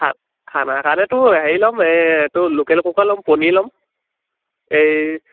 খা খানা কাৰণে তোৰ হেৰি ল'ম এইটো লোকেল কুকাৰ ল'ম পনীৰ ল'ম এই